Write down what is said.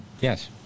yes